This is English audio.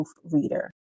proofreader